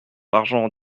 argent